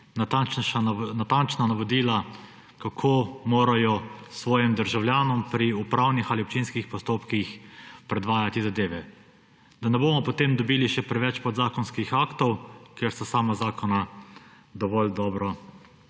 natančna navodila, kako morajo svojim državljanom pri upravnih ali občinskih postopkih predvajati zadeve. Da ne bomo potem dobili še preveč podzakonskih aktov, ker sta sama zakona dovolj dobro